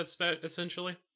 essentially